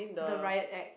the Riot Act